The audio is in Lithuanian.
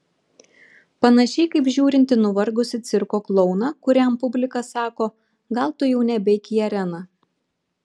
panašiai kaip žiūrint į nuvargusį cirko klouną kuriam publika sako gal tu jau nebeik į areną